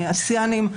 אסייתים.